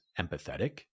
empathetic